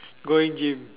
going gym